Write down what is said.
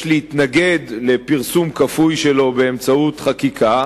להתנגד לפרסום כפוי שלו באמצעות חקיקה,